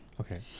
Okay